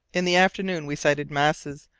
in the afternoon we sighted masses,